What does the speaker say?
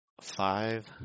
five